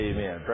Amen